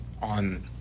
on